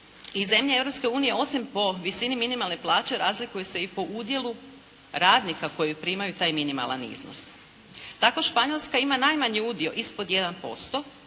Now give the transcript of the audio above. unije, osim po visini minimalne plaće razlikuju se i po udjelu radnika koji primaju taj minimalan iznos. Tako Španjolska ima najmanji udio ispod 1%,